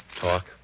Talk